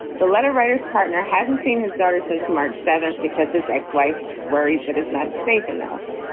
the letter writers partner hasn't seen his daughter since march seventh because his ex-wife's worry that it's not safe enough.